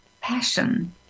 passion